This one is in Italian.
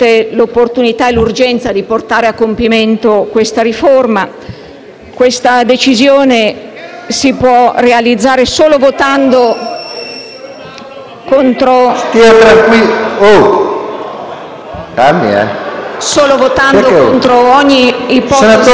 Questa decisione si può realizzare solo votando contro ogni ipotesi